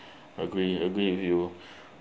agree agree with you